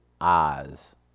Oz